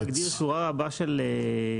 חוק הריכוזיות מגדיר שורה רבה של רישיונות